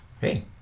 Hey